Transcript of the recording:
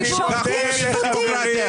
--- אני מודה לחברים.